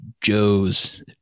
Joe's